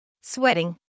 Sweating